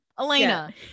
Elena